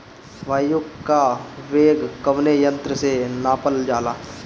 वायु क वेग कवने यंत्र से नापल जाला?